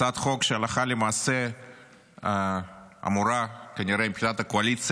הצעת חוק שהלכה למעשה אמורה כנראה מבחינת הקואליציה